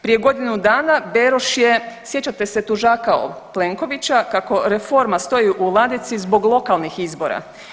Prije godinu dana, Beroš je, sjećate se, tužakao Plenkovića kako reforma stoji u ladici zbog lokalnih izbora.